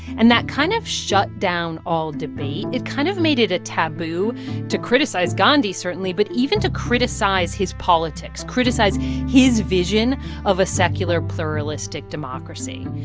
and that kind of shut down all debate. it kind of made it a taboo to criticize gandhi, certainly, but even to criticize his politics, criticize his vision of a secular pluralistic democracy.